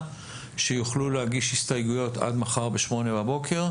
כדי שיוכלו להגיש הסתייגויות עד מחר בשעה 08:00 בבוקר.